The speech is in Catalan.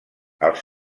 els